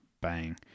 bang